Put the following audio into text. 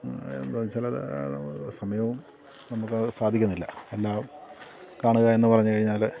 ചിലത് സമയവും നമുക്ക് അത് സാധിക്കുന്നില്ല എല്ലാം കാണുക എന്നു പറഞ്ഞു കഴിഞ്ഞാൽ